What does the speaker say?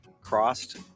crossed